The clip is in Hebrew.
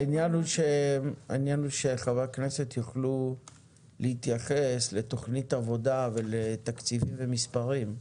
העניין הוא שחברי הכנסת יוכלו להתייחס לתכנית עבודה ולתקציבים ומספרים.